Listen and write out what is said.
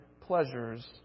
pleasures